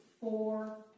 four